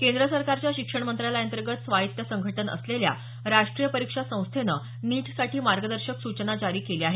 केंद्र सरकारच्या शिक्षण मंत्रालयाअंतर्गत स्वायत्त संघटन असलेल्या राष्ट्रीय परिक्षा संस्थेनं नीटसाठी मार्गदर्शक सूचना जारी केल्या आहेत